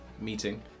meeting